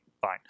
fine